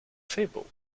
fable